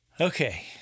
Okay